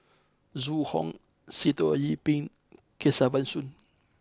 Zhu Hong Sitoh Yih Pin Kesavan Soon